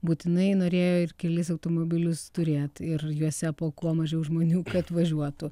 būtinai norėjo ir kelis automobilius turėt ir juose po kuo mažiau žmonių kad važiuotų